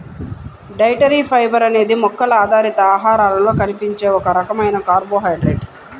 dietary fibre అనేది మొక్కల ఆధారిత ఆహారాలలో కనిపించే ఒక రకమైన కార్బోహైడ్రేట్